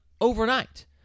overnight